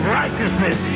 righteousness